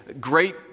great